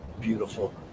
beautiful